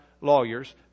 lawyers